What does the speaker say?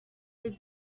his